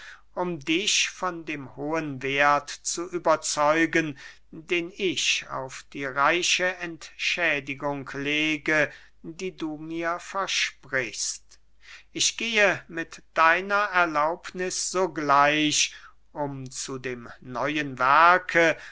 um dich von dem hohen werth zu überzeugen den ich auf die reiche entschädigung lege die du mir versprichst ich gehe mit deiner erlaubniß sogleich um zu dem neuen werke